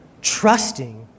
trusting